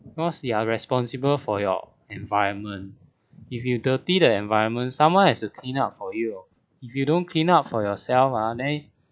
because they are responsible for your environment if you dirty the environment someone has a clean up for you if you don't clean up for yourself ah then